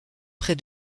près